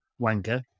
wanker